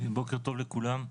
בוקר טוב לכולם.